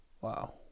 wow